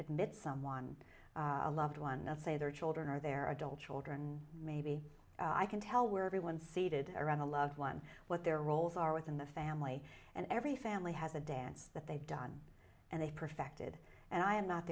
admit someone a loved one say their children are their adult children maybe i can tell where everyone seated around a loved one what their roles are within the family and every family has a dance that they've done and they perfected and i am not